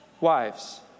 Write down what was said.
wives